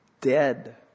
Dead